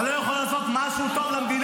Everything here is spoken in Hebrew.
מצד אחד --- אתה לא יכול לעשות משהו טוב למדינה?